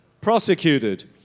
prosecuted